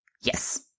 Yes